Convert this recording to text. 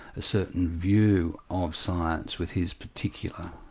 a certain view of science with his particular